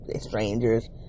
strangers